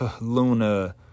Luna